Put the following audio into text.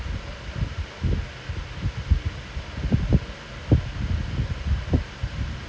I just wanna play one more time like the whole entire six game because like I feel we never had it lah even that day have come